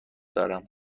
دارم